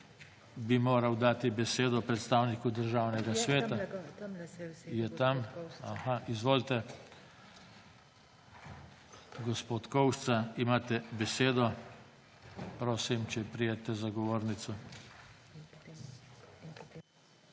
bi moral dati besedo predstavniku Državnega sveta. Je tam? Aha, izvolite. Gospod Kovšca, imate besedo. Prosim, če pridete za govornico.